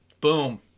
Boom